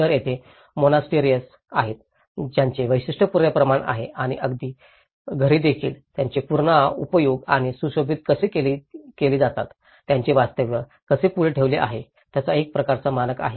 तर तेथे मोनास्टरीएस आहेत ज्यांचे वैशिष्ट्यपूर्ण प्रमाण आहे आणि अगदी घरे देखील त्यांचे पुन उपयोग किंवा सुशोभित कसे केले जातात त्यांचे वास्तव्य कसे पुढे ठेवले आहे याचा एक विशिष्ट मानक आहे